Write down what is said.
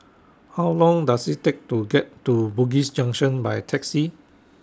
How Long Does IT Take to get to Bugis Junction By Taxi